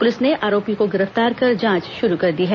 police ने आरोपी को गिरफ्तार कर जांच शुरू कर दी है